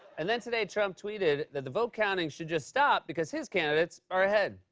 and then today trump tweeted that the vote counting should just stop, because his candidates are ahead.